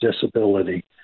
disability